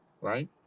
right